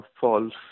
false